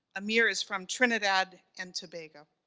amir is from trinidad and tobago.